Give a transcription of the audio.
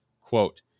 Quote